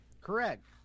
Correct